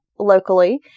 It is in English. Locally